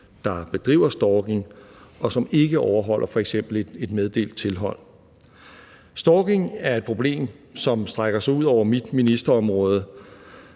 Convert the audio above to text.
der bedriver stalking, og som ikke overholder f.eks. et meddelt tilhold. Stalking er et problem, som strækker sig ud over mit ministerområde,